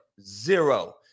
Zero